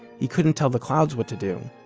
he couldn't tell the clouds what to do.